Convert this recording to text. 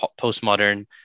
postmodern